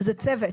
זה צוות.